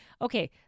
Okay